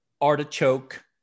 artichoke